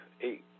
eight